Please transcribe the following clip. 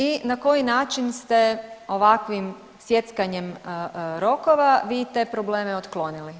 I na koji način ste ovakvim sjeckanjem rokova vi te probleme otklonili?